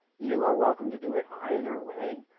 you are welcome to do it either way.